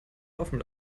laufen